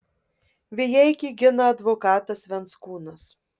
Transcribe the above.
vijeikį gina advokatas venckūnas